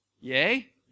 Yay